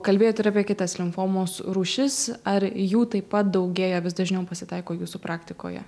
kalbėt ir apie kitas limfomos rūšis ar jų taip pat daugėja vis dažniau pasitaiko jūsų praktikoje